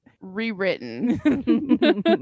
rewritten